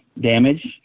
damage